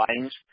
lines